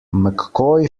mccoy